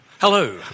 Hello